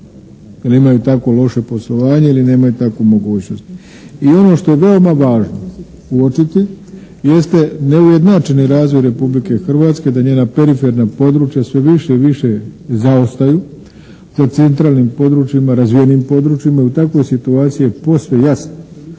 imaju tako loše poslovanje ili nemaju takvu mogućnost. I ono što je veoma važno uočiti jeste neujednačeni razvoj Republike Hrvatske da njena periferna područja sve više i više zaostaju za centralnim područjima, razvijenim područjima. I u takvoj situaciji je posve jasno